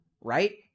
Right